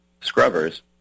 scrubbers